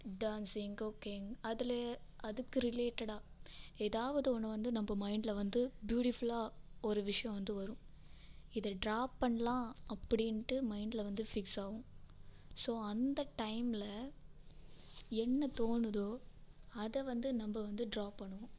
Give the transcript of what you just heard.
dancing cooking அதில் அதுக்கு ரிலேட்டடாக ஏதாவது ஒன்று வந்து நம்ப மைண்டில் வந்து பியூட்டிஃபுல்லான ஒரு விஷயம் வந்து வரும் இதை ட்ரா பண்ணலாம் அப்படின்ட்டு மைண்டில் வந்து ஃபிக்ஸ் ஆகும் ஸோ அந்த டைமில் என்ன தோணுதோ அதை வந்து நம்ப வந்து ட்ரா பண்ணுவோம்